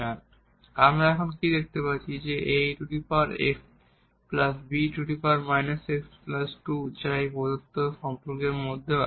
সুতরাং আমরা এখানে কি দেখতে পাচ্ছি যে aex be x 2 যা এই প্রদত্ত সম্পর্কের মধ্যেও আছে